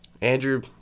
Andrew